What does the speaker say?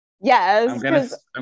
Yes